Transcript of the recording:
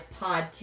Podcast